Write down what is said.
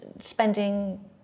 spending